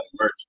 merch